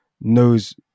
knows